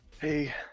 Hey